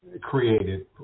created